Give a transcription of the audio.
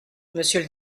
monsieur